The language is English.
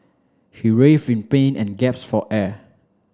he writhed in pain and gasped for air